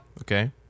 Okay